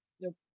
Nope